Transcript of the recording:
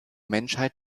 menschheit